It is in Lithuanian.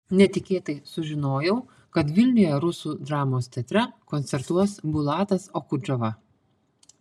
netikėtai sužinojau kad vilniuje rusų dramos teatre koncertuos bulatas okudžava